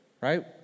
right